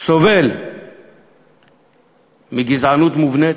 סובל מגזענות מובנית,